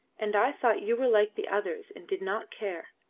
and i thought you were like the others and did not care.